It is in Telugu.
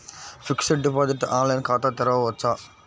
ఫిక్సడ్ డిపాజిట్ ఆన్లైన్ ఖాతా తెరువవచ్చా?